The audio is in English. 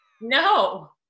No